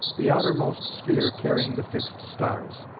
the outermost sphere carrying the fixed stars.